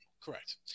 Correct